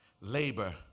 labor